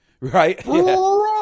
right